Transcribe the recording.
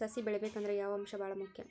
ಸಸಿ ಬೆಳಿಬೇಕಂದ್ರ ಯಾವ ಅಂಶ ಭಾಳ ಮುಖ್ಯ?